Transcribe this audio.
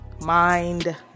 mind